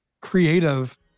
creative